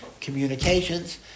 communications